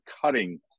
cutting